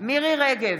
מירי מרים רגב,